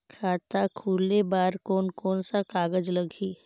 खाता खुले बार कोन कोन सा कागज़ लगही?